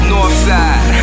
Northside